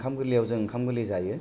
ओंखाम गोरलै आव जों ओंखाम गोरलै जायो